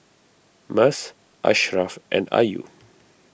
Mas Ashraff and Ayu